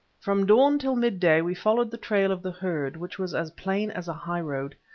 from dawn till mid-day we followed the trail of the herd, which was as plain as a high road.